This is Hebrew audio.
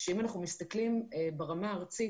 שאם אנחנו מסתכלים ברמה הארצית,